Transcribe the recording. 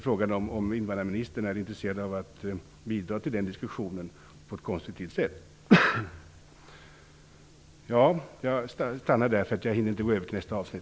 Är invandrarministern intresserad av att bidra till den diskussionen på ett konstruktivt sätt?